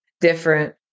different